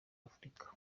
afurika